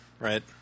Right